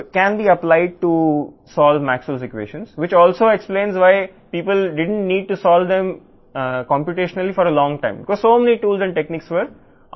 కాబట్టి మాక్స్వెల్ ఈక్వేషన్లను పరిష్కరించడానికి ఫోరియర్ టెక్నిక్లను అన్వయించవచ్చు మీరు వాటిని కంప్యూటేషనల్గా ఎక్కువ కాలం ఎందుకు పరిష్కరించాల్సిన అవసరం లేదని కూడా వివరిస్తుంది